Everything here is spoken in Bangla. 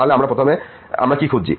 তাহলে প্রথমে আমরা কি খুঁজছি